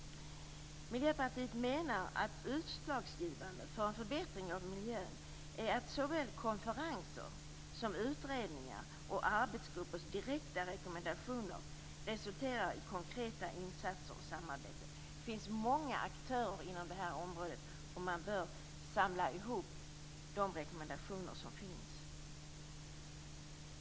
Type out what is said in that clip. Miljöpartiet menar att utslagsgivande för en förbättring av miljön är att såväl konferenser som utredningars och arbetsgruppers direkta rekommendationer resulterar i konkreta insatser och samarbete. Det finns många aktörer inom det här området, och man bör samla ihop de rekommendationer som finns.